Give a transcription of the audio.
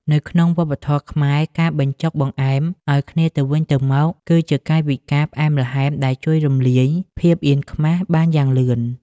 នៅក្នុងវប្បធម៌ខ្មែរ ការបញ្ចុកបង្អែមឱ្យគ្នាទៅវិញទៅមក គឺជាកាយវិការផ្អែមល្ហែមដែលជួយរំលាយភាពអៀនខ្មាសបានយ៉ាងលឿន។